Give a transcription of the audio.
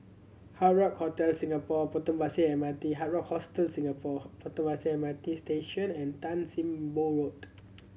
Hard Rock Hotel Singapore Potong Pasir M R T Hard Rock Hostel Singapore Potong Pasir M R T Station and Tan Sim Boh Road